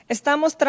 Estamos